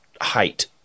height